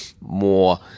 more